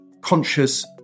conscious